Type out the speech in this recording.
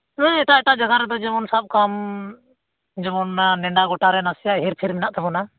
ᱦᱮᱸ ᱮᱴᱟᱜ ᱮᱴᱟᱜ ᱡᱟᱭᱜᱟ ᱨᱮᱫᱚ ᱥᱟᱵ ᱠᱟᱜᱼᱢᱮ ᱡᱮᱢᱚᱱ ᱚᱱᱟ ᱱᱮᱰᱟ ᱜᱚᱴᱟ ᱨᱮ ᱱᱟᱥᱮᱭᱟᱜ ᱦᱮᱨᱯᱷᱮᱨ ᱦᱮᱱᱟᱜ ᱛᱟᱵᱚᱱᱟ